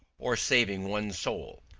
or saving one's soul.